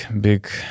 big